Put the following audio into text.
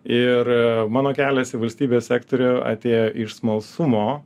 ir mano kelias į valstybės sektorių atėjo iš smalsumo